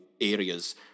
areas